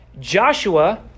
Joshua